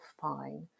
fine